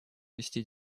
вести